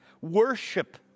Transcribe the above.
Worship